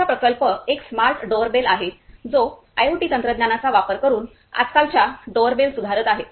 आमचा प्रकल्प एक स्मार्ट डोरबेल आहे जो आयओटी तंत्रज्ञानाचा वापर करून आजकालच्या डोरबेल सुधारत आहे